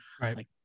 Right